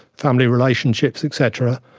family relationships et cetera,